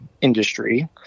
industry